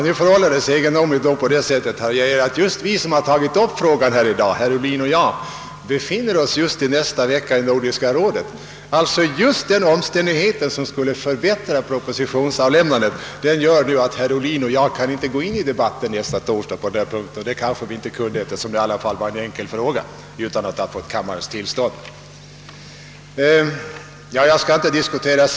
: Nu förhåller det sig så, att just herr Ohlin och jag som tagit upp frågan i dag, i nästa vecka befinner oss i Nordiska rådet i Helsingfors. Just den omständigheten som enligt statsministern skulle förbättra propositionsavlämnan det — nämligen en senareläggning av Nordiska rådets session — medför att herr Ohlin och jag inte kan gå in i debatten nästa torsdag. Det hade vi inte kunnat göra ändå utan kammarens tillstånd, eftersom det gäller en enkel fråga.